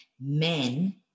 men